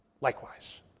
likewise